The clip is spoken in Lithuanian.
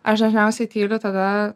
aš dažniausiai tyliu tada